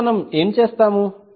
ఇప్పుడు మనము ఏమి చేస్తాము